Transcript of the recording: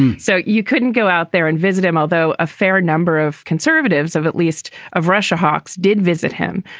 so you couldn't go out there and visit him. although a fair number of conservatives of at least of russia hawks did visit him.